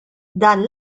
dan